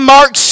Mark